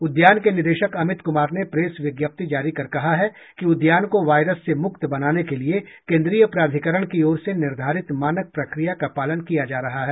उद्यान के निदेशक अमित कुमार ने प्रेस विज्ञप्ति जारी कर कहा है कि उद्यान को वायरस से मुक्त बनाने के लिए केन्द्रीय प्राधिकरण की ओर से निर्धारित मानक प्रक्रिया का पालन किया जा रहा है